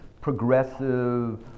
progressive